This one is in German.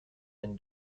den